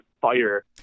fire